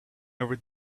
every